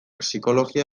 psikologia